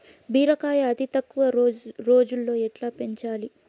బీరకాయ అతి తక్కువ రోజుల్లో ఎట్లా పెంచాలి?